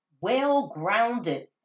well-grounded